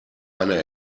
eine